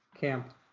camp